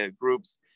groups